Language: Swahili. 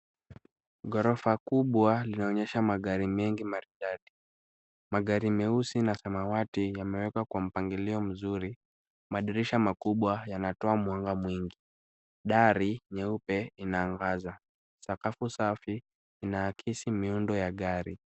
Ghorofa kubwa linaonyesha magari mengi maridadi. Magari meusi na samawati yamewekwa kwa mpangilio mzuri. Madirisha makubwa yanatoa mwanga mwingi. Dari nyeupe inaangaza. Sakafu safi inaakisi miundo ya gari.